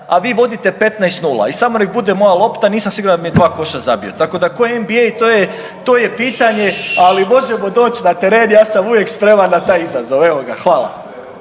a vi vodite 15:0 i samo nek bude moja lopta, nisam siguran da bi mi dva koša zabio, tako da ko NBA to je, to je pitanje, ali možemo doć na teren, ja sam uvijek spreman na taj izazov, evo ga, hvala.